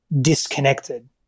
disconnected